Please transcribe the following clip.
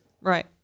Right